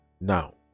Now